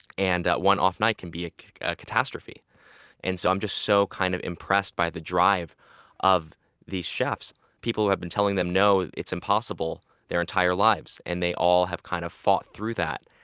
and one off night can be a ah catastrophe and so i'm just so kind of impressed by the drive of these chefs. people have been telling them, no, it's impossible their entire lives. and they all have kind of fought through that.